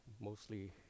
mostly